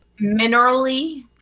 Minerally